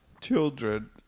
Children